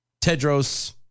Tedros